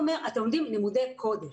החוק אומר: אתם לומדים לימודי קודש.